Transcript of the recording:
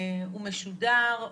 הוא משודר,